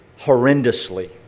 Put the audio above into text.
horrendously